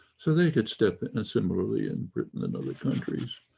so they could step and similarly in britain and other countries,